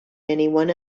anyone